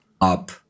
up